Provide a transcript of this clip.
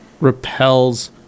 repels